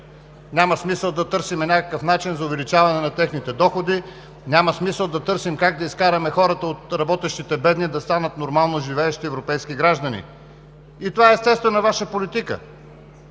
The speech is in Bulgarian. Няма смисъл да търсим някакъв начин за увеличаване на техните доходи, няма смисъл да търсим как хората – работещите бедни, да станат нормално живеещи европейски граждани, и това е естествено Вашата политика.